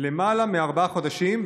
למעלה מארבעה חודשים,